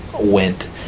went